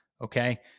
okay